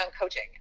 coaching